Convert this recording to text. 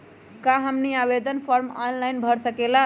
क्या हमनी आवेदन फॉर्म ऑनलाइन भर सकेला?